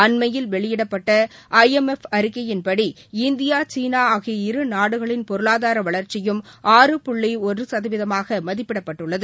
அண்மையில் வெளியிடப்பட்ட I M F அறிக்கையின்படி இந்தியா சீனாஆகிய இரு நாடுகளின் பொருளாதாரவளா்ச்சியும் ஆறு புள்ளிஒன்றுசதவீதமாகமதிப்பிடப்பட்டுள்ளது